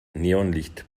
neonlicht